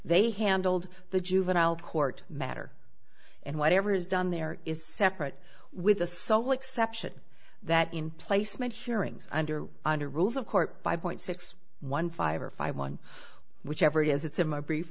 they handled the juvenile court matter and whatever is done there is separate with the sole exception that in placement hearings under under rules of court by a point six one five or five one whichever it is it's in my